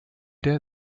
der